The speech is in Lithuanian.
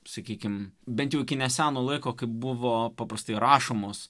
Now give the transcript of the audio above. sakykime bent jau iki neseno laiko kai buvo paprastai rašomos